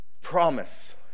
Promise